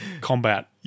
combat